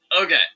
okay